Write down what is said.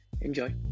Enjoy